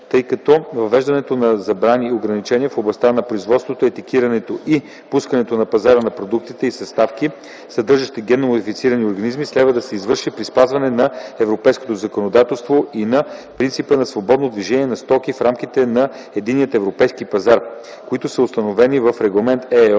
тъй като въвеждането на забрани и ограничения в областта на производството, етикетирането и пускането на пазара на продукти и съставки, съдържащи генномодифицирани организми трябва да се извърши при спазване на европейското законодателство и на принципа на свободно движение на стоки в рамките на Единния европейски пазар, които са установени в Регламент ЕО